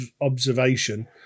observation